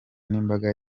n’imbaga